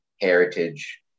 heritage